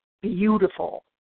beautiful